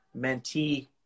mentee